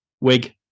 wig